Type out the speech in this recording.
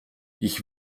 ich